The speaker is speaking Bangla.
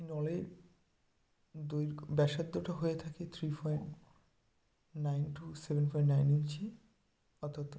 নলের দৈর্ঘ্য ব্যাসার্ধ হয়ে থাকে three point nine to seven point nine inch অথচ